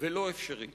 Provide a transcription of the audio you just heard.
ולא אפשרי.